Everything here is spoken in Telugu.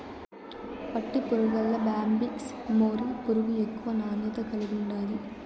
పట్టుపురుగుల్ల బ్యాంబిక్స్ మోరీ పురుగు ఎక్కువ నాణ్యత కలిగుండాది